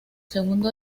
segundo